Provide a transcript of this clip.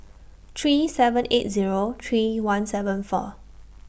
three seven eight Zero three one seven four